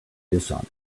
dishonest